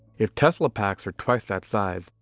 if tesla packs are twice that size,